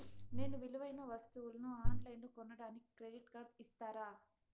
నేను విలువైన వస్తువులను ఆన్ లైన్లో కొనడానికి క్రెడిట్ కార్డు ఇస్తారా?